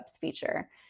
feature